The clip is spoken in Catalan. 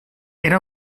era